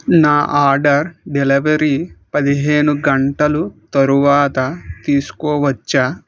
నా order delivery పదిహేను గంటలు తరువాత తీసుకోవచ్చా